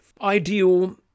ideal